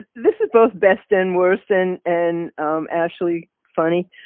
this is both best and worst and, and actually funny.